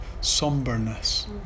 somberness